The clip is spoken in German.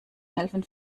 helfen